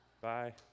Bye